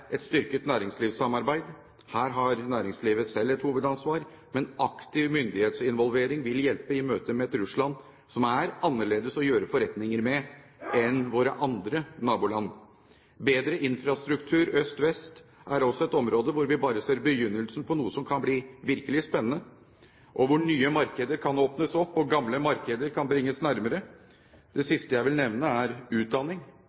et styrket næringslivssamarbeid. Her har næringslivet selv et hovedansvar, men aktiv myndighetsinvolvering vil hjelpe i møtet med et Russland som er annerledes å gjøre forretninger med enn våre andre naboland. Bedre infrastruktur øst–vest er også et område der vi bare ser begynnelsen på noe som kan bli virkelig spennende, og der nye markeder kan åpnes opp og gamle markeder bringes nærmere. Det siste jeg vil nevne er utdanning.